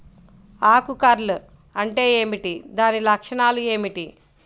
ఆకు కర్ల్ అంటే ఏమిటి? దాని లక్షణాలు ఏమిటి?